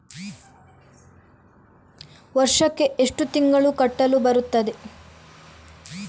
ವರ್ಷಕ್ಕೆ ಎಷ್ಟು ತಿಂಗಳು ಕಟ್ಟಲು ಬರುತ್ತದೆ?